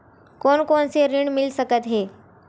कोन कोन से ऋण मिल सकत हे?